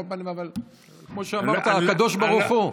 על כל פנים, כמו שאמרת, הקדוש ברוך הוא.